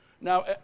Now